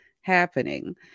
happening